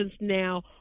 now